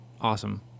awesome